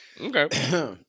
Okay